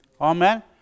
Amen